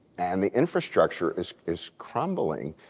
and the infrastructure is is crumbling.